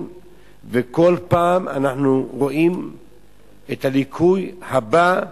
וכל פעם אנחנו רואים את הליקוי הבא,